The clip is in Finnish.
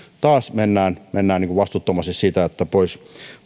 taas mennään vastuuttomasti pois